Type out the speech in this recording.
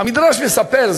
המדרש מספר,